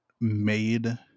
made